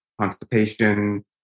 constipation